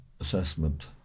assessment